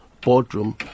boardroom